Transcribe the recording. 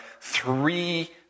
three